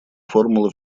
формула